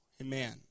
Amen